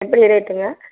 எத்தினி ரேட்டுங்க